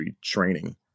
training